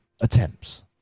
Attempts